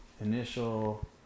initial